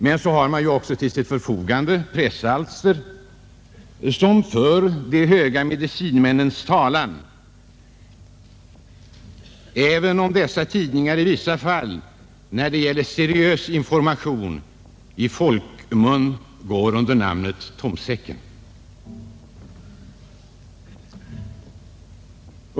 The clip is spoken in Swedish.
Men så har man också till sitt förfogande pressalster som för de höga medicinmännens talan, även om dessa tidningar i vissa fall, då det gäller seriös information, i folkmun går under namnet tomsäcken.